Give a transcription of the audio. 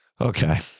Okay